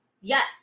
yes